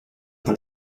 par